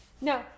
No